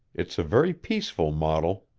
it's a very peaceful model.